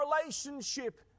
relationship